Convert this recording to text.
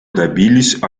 добились